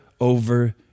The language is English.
over